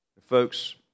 Folks